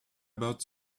about